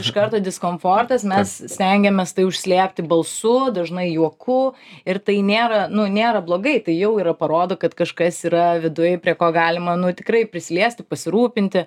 iš karto diskomfortas mes stengiamės tai užslėpti balsu dažnai juoku ir tai nėra nu nėra blogai tai jau yra parodo kad kažkas yra viduj prie ko galima nu tikrai prisiliesti pasirūpinti